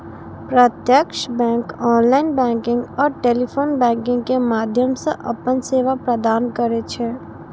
प्रत्यक्ष bank online banking आ telephone banking के माध्यम सं अपन सेवा प्रदान करै छै